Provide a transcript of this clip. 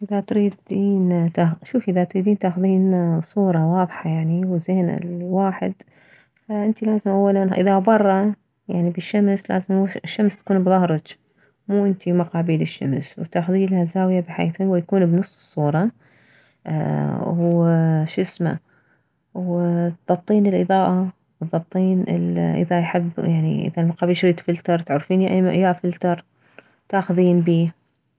اذا تريدين تاخذ شوفي اذا تريدين تاخذين صورة واضحة يعني زينة لواحد فانتي لازم اولا اذا بره بعني بالشمس لازم الشمس تكون بظهرج مو انتي مقابيل الشمس وتاخذيله زاوية بحيث هو تكون بنص الصورة وشسمه و تضبطين الاضاءة وتضبطين اذا يحب يعني اذا المقابيلج يريد فلتر تعرفين يا فلتر تاخذين بيه